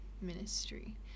ministry